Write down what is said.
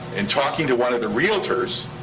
in talking to one of the realtors,